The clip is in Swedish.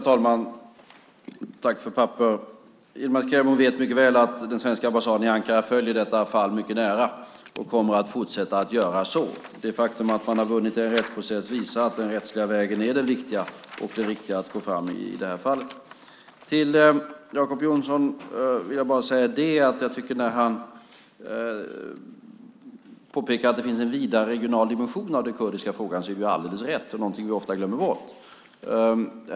Herr talman! Yilmaz Kerimo vet mycket väl att den svenska ambassaden i Ankara följer detta fall mycket nära, och kommer att fortsätta att göra det. Det faktum att man har vunnit en rättsprocess visar att den rättsliga vägen är den riktiga att gå fram i det här fallet. Jacob Johnson påpekade att det finns en vidare regional dimension av den kurdiska frågan. Det är alldeles rätt och något som vi ofta glömmer bort.